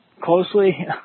closely